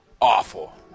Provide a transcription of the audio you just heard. awful